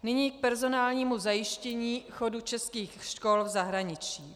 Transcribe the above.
Nyní k personálnímu zajištění chodu českých škol v zahraničí.